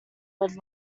would